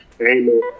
Amen